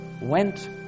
went